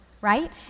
right